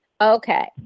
Okay